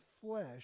flesh